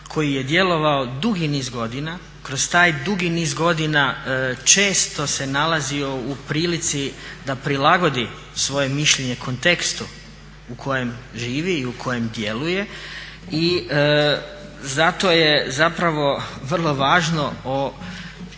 koji je djelovao dugi niz godina. Kroz taj dugi niz godina često se nalazio u prilici da prilagodi svoje mišljenje kontekstu u kojem živi i u kojem djeluje i zato je zapravo vrlo važno o